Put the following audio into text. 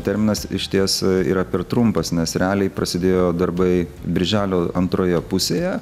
terminas išties yra per trumpas nes realiai prasidėjo darbai birželio antroje pusėje